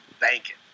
banking